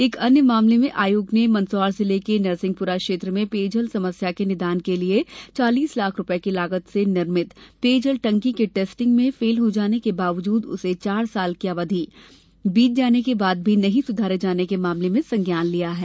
एक अन्य मामले में आयोग ने मंदसौर जिले के नरसिंहपुरा क्षेत्र में पेयजल समस्या के निदान के लिए चालीस लाख रुपये की लागत से निर्भित पेयजल टंकी के टेस्टिंग में फेल हो जाने के बावजूद उसे चार साल की अवधि बीत जाने के बाद भी नहीं सुधारे जाने के मामले में संज्ञान लिया है